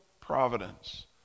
providence